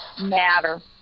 matter